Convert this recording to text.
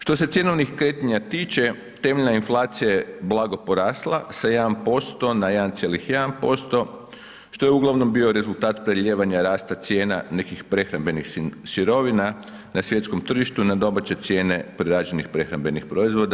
Što se cjenovnih kretanja tiče temeljna inflacija je blago porasla sa 1% na 1,1% što je uglavnom bio rezultat prelijevanja rasta cijena nekih prehrambenih sirovina na svjetskom tržištu na domaće cijene prerađenih prehrambenih proizvoda.